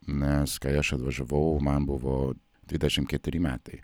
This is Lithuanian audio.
nes kai aš atvažiavau man buvo dvidešim keturi metai